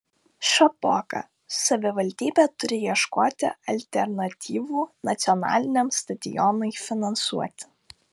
šapoka savivaldybė turi ieškoti alternatyvų nacionaliniam stadionui finansuoti